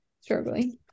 struggling